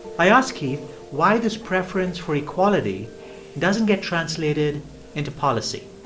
i ask keith why this preference for equality doesn't get translated into policy.